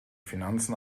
finanzen